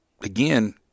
again